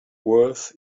worth